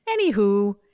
Anywho